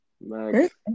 Max